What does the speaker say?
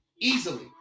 Easily